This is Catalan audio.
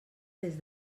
des